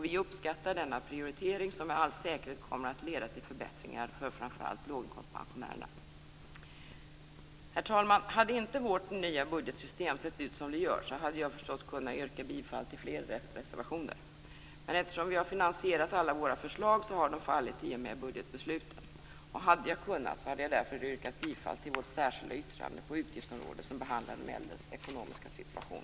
Vi uppskattar denna prioritering, som med all säkerhet kommer att leda till förbättringar för framför allt låginkomstpensionärerna. Herr talman! Hade inte vårt nya budgetsystem sett ut som det gör hade jag förstås kunnat yrka bifall till flera reservationer, men eftersom vi har finansierat alla våra förslag har de fallit i och med budgetbesluten. Hade jag kunnat hade jag därför yrkat bifall till vårt särskilda yttrande på utgiftsområdet som handlar om de äldres ekonomiska situation.